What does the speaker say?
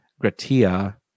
Gratia